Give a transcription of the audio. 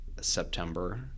September